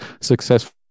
successful